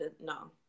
no